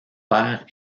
père